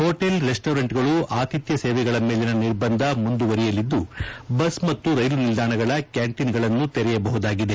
hotel ರೆಸ್ಸೋರೆಂಟ್ಗಳು ಅತಿಥ್ನ ಸೇವೆಗಳ ಮೇಲಿನ ನಿರ್ಬಂಧ ಮುಂದುವರೆಯಲಿದ್ದು ಬಸ್ ಮತ್ನು ರೈಲು ನಿಲ್ಲಾಣಗಳ ಕ್ಕಾಂಟೀನ್ಗಳನ್ನು ತೆರೆಯಬಹುದಾಗಿದೆ